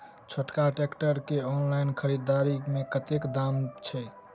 छोटका ट्रैक्टर केँ ऑनलाइन खरीददारी मे कतेक दाम छैक?